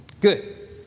Good